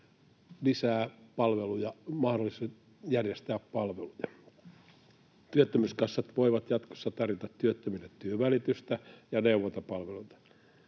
lakiesityksellä mahdollisuudet järjestää lisää palveluja. Työttömyyskassat voivat jatkossa tarjota työttömille työnvälitystä ja neuvontapalveluita.